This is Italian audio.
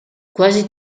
quasi